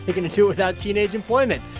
they going to do it without teenage employment?